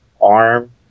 arm